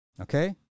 Okay